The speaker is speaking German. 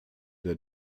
der